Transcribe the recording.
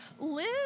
Liz